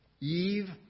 Eve